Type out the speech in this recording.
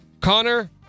Connor